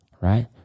right